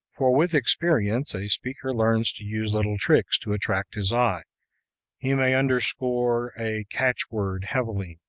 for with experience a speaker learns to use little tricks to attract his eye he may underscore a catch-word heavily,